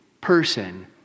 person